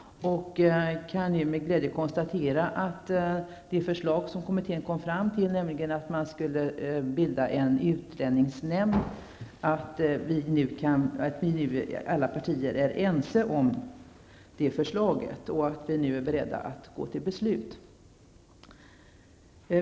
Och jag kan nu med glädje konstatera att det förslag som kommittén lade fram, nämligen att en utlänningsnämnd skulle inrättas, är alla partier nu ense om och beredda att fatta beslut om.